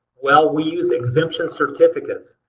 well we use exemption certificates.